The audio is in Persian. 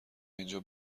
اینجا